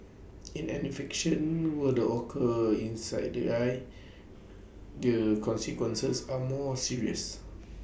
in an infection were the occur inside the eye the consequences are more serious